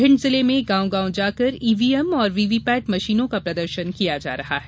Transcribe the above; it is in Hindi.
भिंड जिले में गांव गांव जाकर ईवीएम और वीवीपेट मशीनों का प्रदर्शन किया जा रहा है